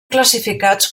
classificats